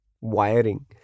wiring